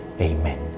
Amen